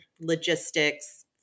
logistics